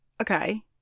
Okay